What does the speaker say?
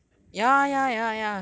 and you that kind of close